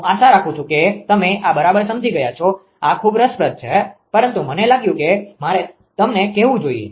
હું આશા રાખું છું કે તમે આ બરાબર સમજી ગયા છો આ ખૂબ રસપ્રદ છે પરંતુ મને લાગ્યું કે મારે તમને કહેવું જોઈએ